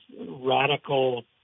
radical